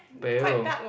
pale